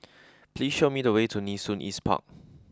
please show me the way to Nee Soon East Park